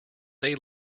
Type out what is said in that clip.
they